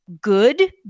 good